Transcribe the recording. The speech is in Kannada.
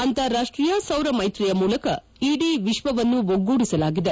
ಅಂತಾರಾಷ್ಷೀಯ ಸೌರ ಮೈತ್ರಿಯ ಮೂಲಕ ಇಡೀ ವಿಶ್ವವನ್ನು ಒಗ್ಗೂಡಿಸಲಾಗಿದೆ